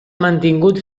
mantingut